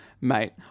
mate